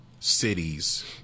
cities